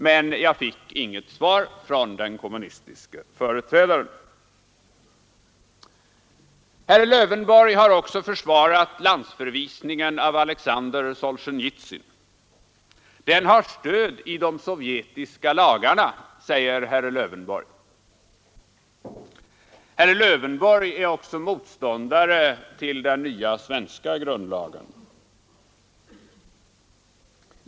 Men jag fick inget svar från den kommu Herr Lövenborg har också försvarat landsförvisningen av Alexander Solzjenitsyn. ”Den har stöd i de sovjetiska lagarna”, säger herr Lövenborg. Herr Lövenborg är också motståndare till den nya svenska grundlagen.